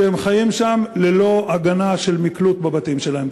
שהם חיים שם ללא הגנה של מקלט בבתים שלהם.